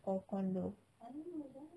or condo